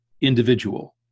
individual